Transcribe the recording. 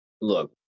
Look